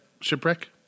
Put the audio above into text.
Shipwreck